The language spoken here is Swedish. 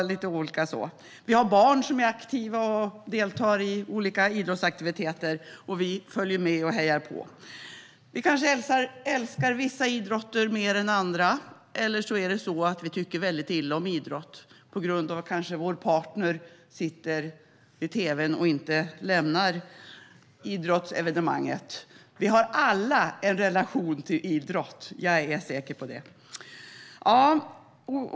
Vi har barn som är aktiva och deltar i olika idrottsaktiviteter, och vi följer med och hejar på. Vi kanske älskar vissa idrotter mer än andra, eller vi kanske tycker väldigt illa om idrott på grund av att vår partner sitter vid tv:n och inte lämnar idrottsevenemanget. Vi har alla en relation till idrott - jag är säker på det.